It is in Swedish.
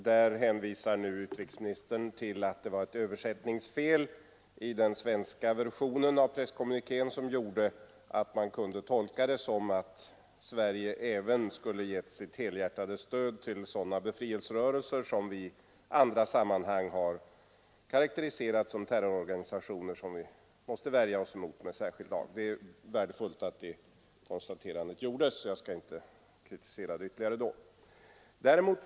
Utrikesministern hänvisar nu till att det förelåg ett översättningsfel i den svenska versionen av presskommunikén och att det var det felet som gjorde att man kunde tolka kommunikén så, att Sverige även skulle ha givit sitt helhjärtade stöd till sådana befrielserörelser som vi i andra sammanhang har karakteriserat som terrororganisationer vilka vi måste värja oss mot. Det är värdefullt att det konstaterandet gjordes, och jag skall nu inte kritisera uttalandet ytterligare.